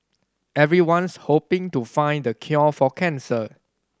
everyone's hoping to find the cure for cancer